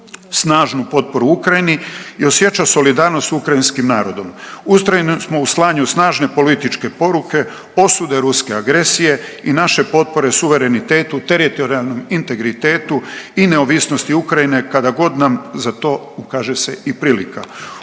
snažnu potporu Ukrajini i osjeća solidarnost s Ukrajinskim narodom. Ustrajni smo u slanju snažne političke poruke, osude ruske agresije i naše potpore suverenitetu teritorijalnom integritetu i neovisnosti Ukrajine kada god nam za to ukaže se i prilika.